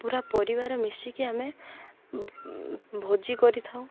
ପୁରା ପରିବାର ମିଶିକି ଆମେ ଭୋଜି କରିଥାଉ